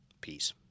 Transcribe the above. Peace